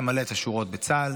צריך למלא את השורות בצה"ל,